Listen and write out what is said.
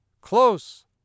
close